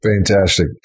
Fantastic